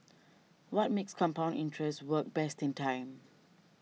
what makes compound interest work besting time